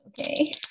Okay